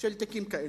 תיקים כאלה.